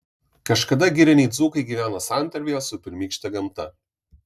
kažkada giriniai dzūkai gyveno santarvėje su pirmykšte gamta